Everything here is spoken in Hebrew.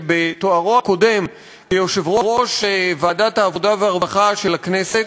שבתוארו הקודם כיושב-ראש ועדת העבודה והרווחה של הכנסת,